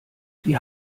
die